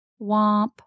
womp